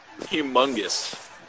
humongous